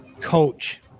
coach